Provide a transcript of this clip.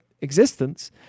existence